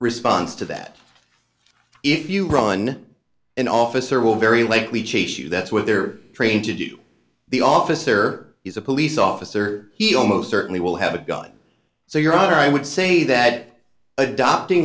response to that if you run an officer will very likely chase you that's what they're trained to do the officer is a police officer he almost certainly will have a god so your honor i would say that adopt